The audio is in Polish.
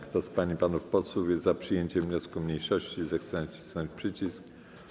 Kto z pań i panów posłów jest za przyjęciem wniosku mniejszości, zechce nacisnąć przycisk.